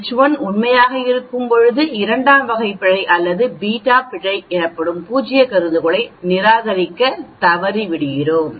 H 1 உண்மையாக இருக்கும்போது இரண்டாம்வகை பிழை அல்லது β பிழை எனப்படும் பூஜ்ய கருதுகோளை நிராகரிக்கத் தவறிவிடுகிறோம்